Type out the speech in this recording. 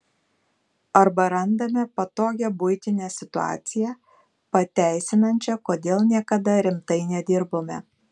arba randame patogią buitinę situaciją pateisinančią kodėl niekada rimtai nedirbome